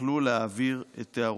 יכלו להעביר את הערותיהם.